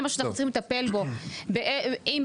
זה מה שאנחנו צריכים לטפל בו.